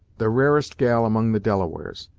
the rarest gal among the delawares,